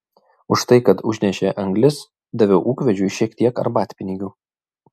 už tai kad užnešė anglis daviau ūkvedžiui šiek tiek arbatpinigių